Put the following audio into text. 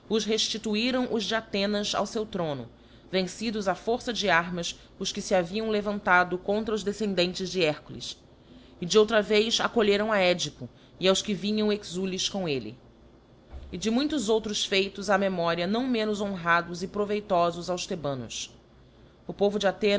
reftituiram os de aihenas ao leu throno vencidos á força de armas os que fe haviam levantado contra os descendentes de hercules e de outra vez acolheram a gedipo e aos que vinham exules com elle e de muitos outros feitos ha memoria não menos honrados e proveitofos aos thebanos o povo de